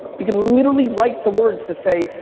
you can literally write the words to say,